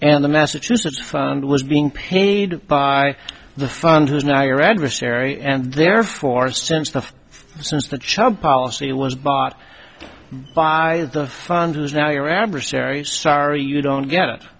and the massachusetts found was being paid by the fund who's now your adversary and therefore since the since the child policy was bought by the fund is now your adversary's sorry you don't get it